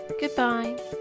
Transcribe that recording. Goodbye